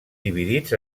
dividits